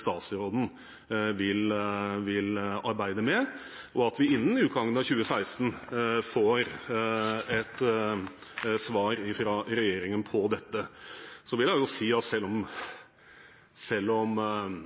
statsråden vil arbeide med – og at vi innen utgangen av 2016 får et svar fra regjeringen på dette. Så vil jeg si at selv om Kristelig Folkeparti har understreket at vi ikke har noen forventninger om